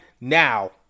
now